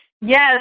Yes